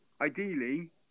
ideally